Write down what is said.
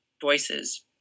voices